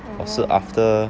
我是 after